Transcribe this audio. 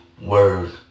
word